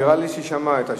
נראה לי שהיא שמעה את השאלה.